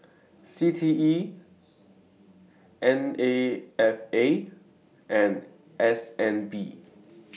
C T E N A F A and S N B